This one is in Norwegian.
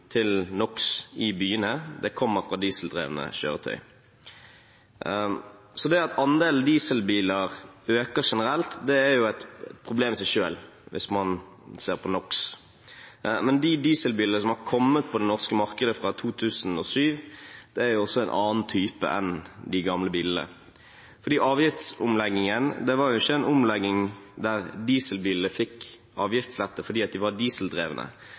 til NOx i byene er dieseldrevne kjøretøy, så at andelen dieselbiler øker generelt, er et problem i seg selv hvis man ser på NOx. Men de dieselbilene som har kommet på det norske markedet fra 2007, er jo også en annen type enn de gamle bilene, for avgiftsomleggingen var ikke en omlegging der dieselbilene fikk avgiftslette fordi de var dieseldrevne,